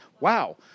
Wow